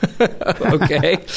okay